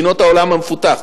מדינות העולם המפותח,